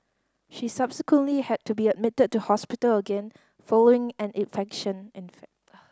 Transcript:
she subsequently had to be admitted to hospital again following an infection